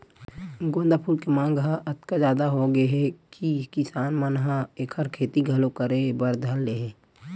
गोंदा फूल के मांग ह अतका जादा होगे हे कि किसान मन ह एखर खेती घलो करे बर धर ले हे